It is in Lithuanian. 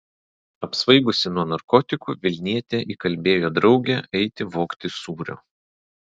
apsvaigusi nuo narkotikų vilnietė įkalbėjo draugę eiti vogti sūrio